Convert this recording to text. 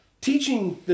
teaching